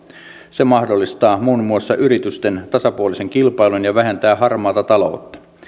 se mahdollistaa muun muassa yritysten tasapuolisen kilpailun ja ja vähentää harmaata taloutta